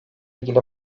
ilgili